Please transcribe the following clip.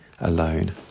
alone